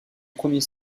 premier